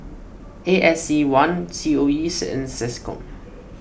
A S E one C O E and SecCom